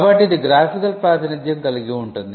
కాబట్టి ఇది గ్రాఫికల్ ప్రాతినిధ్యం కలిగి ఉంటుంది